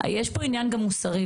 יש פה עניין גם מוסרי,